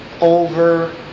over